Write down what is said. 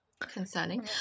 concerning